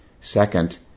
Second